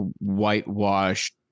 whitewashed